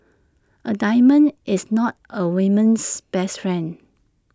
A diamond is not A woman's best friend